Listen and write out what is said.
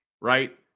right